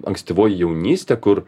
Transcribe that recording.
ankstyvoji jaunystė kur